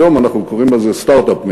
היום אנחנו קוראים לזה Start-up Nation,